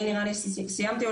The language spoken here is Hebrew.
אני סיימתי,